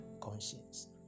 conscience